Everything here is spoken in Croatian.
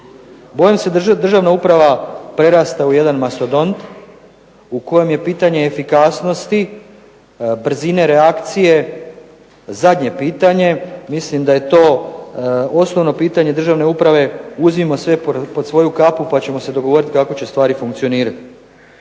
Bojim se da državna uprava prerasta u jedan mastodont, u kojem je pitanje efikasnosti, brzine reakcije zadnje pitanje, mislim da je to osnovno pitanje državne uprave, uzima sve pod svoju kapu pa ćemo se dogovoriti kako će stvari funkcionirati.